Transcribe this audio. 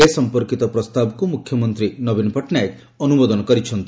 ଏ ସମ୍ପର୍କିତ ପ୍ରସ୍ତାବକୁ ମୁଖ୍ୟମନ୍ତୀ ନବୀନ ପଟ୍ଟନାୟକ ଅନୁମୋଦନ କରିଛନ୍ତି